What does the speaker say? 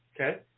Okay